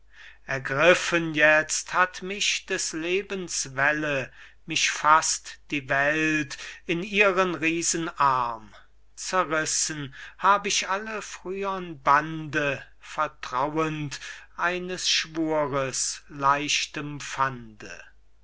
ergriffen jetzt hat mich des lebens welle mich faßt die welt in ihren riesenarm zerrissen hab ich alle frühern bande vertrauend eines schwures leichtem